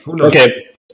okay